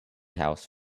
house